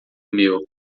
meu